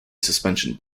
suspension